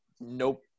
nope